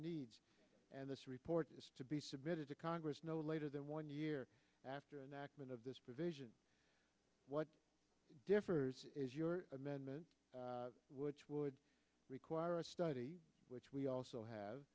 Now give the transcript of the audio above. needs and this report to be submitted to congress no later than one year after enactment of this provision what differs is your amendment which would require a study which we also have